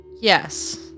yes